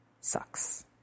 sucks